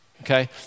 Okay